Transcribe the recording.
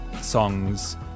songs